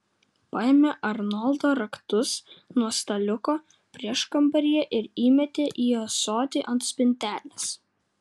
paėmė arnoldo raktus nuo staliuko prieškambaryje ir įmetė į ąsotį ant spintelės